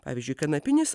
pavyzdžiui kanapinis